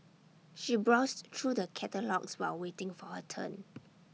she browsed through the catalogues while waiting for her turn